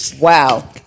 Wow